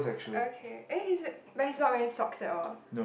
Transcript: okay eh he is but he is not wearing socks at all